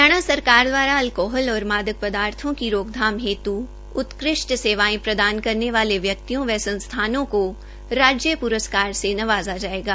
हरियाणा सरकार द्वारा अल्कोहल और मादक पदार्थों की रोकथाम हेत् उत्कृष्ट सेवाएं प्रदान करने वाले व्यक्तियों व संस्थानों को राज्य प्रस्कार से नवाजा जाएगा